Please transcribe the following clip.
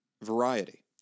Variety